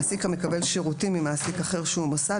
מעסיק המקבל שירותים ממעסיק אחר שהוא מוסד,